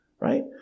right